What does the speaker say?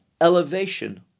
elevation